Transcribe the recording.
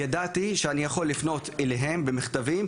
ידעתי שאני יכול לפנות אליהם במכתבים,